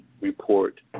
report